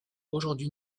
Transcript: aujourd’hui